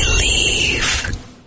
believe